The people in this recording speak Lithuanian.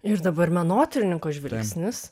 ir dabar menotyrininko žvilgsnis